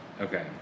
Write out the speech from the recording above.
Okay